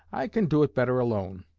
i can do it better alone